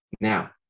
Now